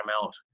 amount